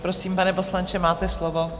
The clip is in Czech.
Prosím, pane poslanče, máte slovo.